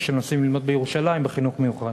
שנוסעים לירושלים ללמוד בחינוך המיוחד.